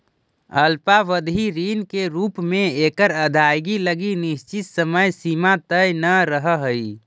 अल्पावधि ऋण के रूप में एकर अदायगी लगी निश्चित समय सीमा तय न रहऽ हइ